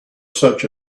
such